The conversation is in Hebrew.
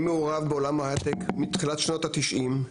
אני מעורב בעולם ההייטק מתחילת שנות ה-90,